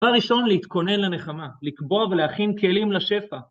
דבר ראשון, להתכונן לנחמה, לקבוע ולהכין כלים לשפע.